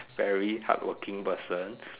very hardworking person